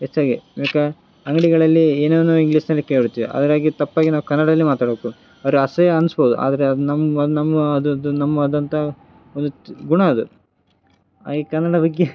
ಹೆಚ್ಚಾಗೆ ಆಮ್ಯಾಕೆ ಅಂಗಡಿಗಳಲ್ಲಿ ಏನೇನೋ ಇಂಗ್ಲೀಷ್ನಲ್ಲಿ ಕೇಳ್ತೀವಿ ಅದರಾಗೆ ತಪ್ಪಾಗಿ ನಾವು ಕನ್ನಡದಲ್ಲಿ ಮಾತಾಡಬೇಕು ಅವ್ರ್ಗೆ ಅಸಹ್ಯ ಅನಿಸ್ಬೋದು ಆದರೆ ಅದು ನಮ್ಮ ನಮ್ಮ ವಾ ಅದರದ್ದು ನಮ್ಮ ವಾ ಆದಂಥ ಒಂದು ಚ್ ಗುಣ ಅದು ಹಾಗಾಗಿ ಕನ್ನಡ ಬಗ್ಗೆ